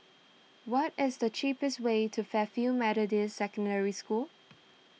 what is the cheapest way to Fairfield Methodist Secondary School